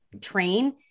train